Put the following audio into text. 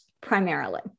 primarily